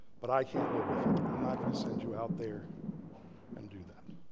but i can't live with that. i'm not going to send you out there and do that.